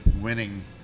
winning